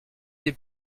des